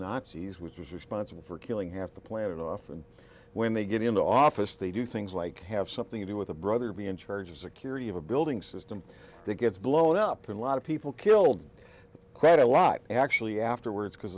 nazis which was responsible for killing half the planet off and when they get into office they do things like have something to do with a brother to be in charge of security of a building system that gets blown up and a lot of people killed quite a lot actually afterwards because